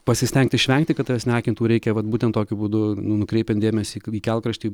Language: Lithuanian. pasistengt išvengti kad tavęs neakintų reikia vat būtent tokiu būdu nu nukreipiant dėmesį į kelkraštį